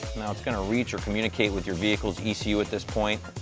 now it's going to reach or communicate with your vehicle's ecu, at this point.